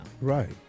Right